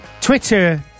twitter